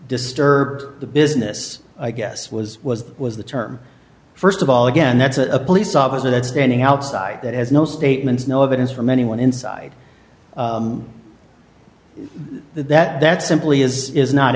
disturbed the business i guess was was was the term st of all again that's a police officer that's standing outside that has no statements no evidence from anyone inside that that that simply is